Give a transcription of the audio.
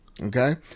Okay